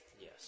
Yes